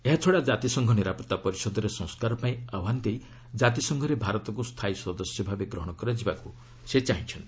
ଏହାଛଡ଼ା ଜାତିସଂଘ ନିରାପଭା ପରିଷଦରେ ସଂସ୍କାର ପାଇଁ ଆହ୍ୱାନ ଦେଇ ଜାତିସଂଘରେ ଭାରତକୁ ସ୍ଥାୟୀ ସଦସ୍ୟ ଭାବେ ଗ୍ରହଣ କରାଯିବାକୁ ସେ ଚାର୍ହିଛନ୍ତି